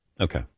Okay